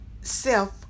self